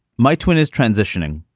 my twin is transitioning.